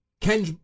Ken